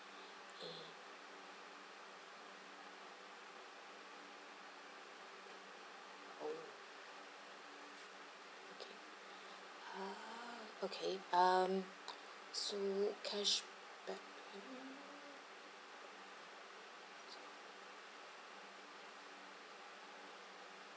eh oh okay ah okay um so cashback mm